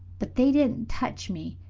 but they didn't touch me.